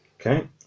Okay